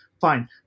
fine